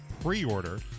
pre-order